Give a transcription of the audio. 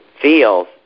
feels